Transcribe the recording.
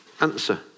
Answer